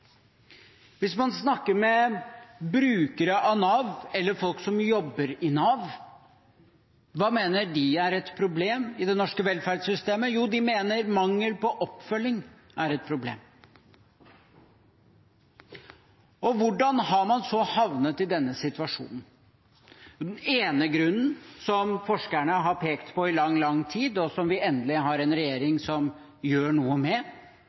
Hvis man snakker med brukere av Nav eller folk som jobber i Nav – hva mener de er et problem i det norske velferdssystemet? Jo, de mener mangel på oppfølging er et problem. Og hvordan har man så havnet i denne situasjonen? Den ene grunnen, som forskerne har pekt på i lang, lang tid, og som vi endelig har en regjering som gjør noe med,